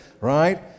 Right